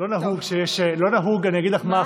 אני אגיד לך מה,